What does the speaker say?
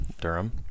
Durham